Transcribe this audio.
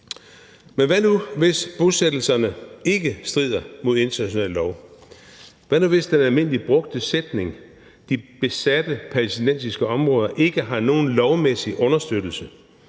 Men hvad nu, hvis bosættelserne ikke strider mod international lov? Hvad nu, hvis den almindeligt brugte sætning »de besatte palæstinensiske områder« ikke har nogen lovmæssig understøttelse?